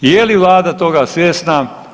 Je li vlada toga svjesna?